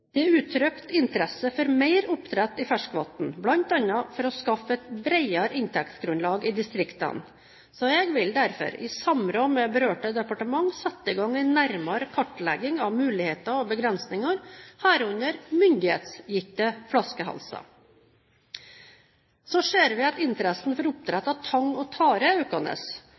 Det er uttrykt interesse for mer oppdrett i ferskvann, bl.a. for å skaffe et bredere inntektsgrunnlag i distriktene. Jeg vil derfor, i samråd med berørte departement, sette i gang en nærmere kartlegging av muligheter og begrensninger, herunder myndighetsgitte flaskehalser. Så ser vi at interessen for oppdrett av tang og tare er økende.